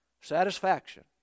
satisfaction